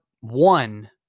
one